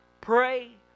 Pray